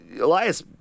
Elias